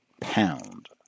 pound